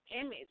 image